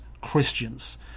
Christians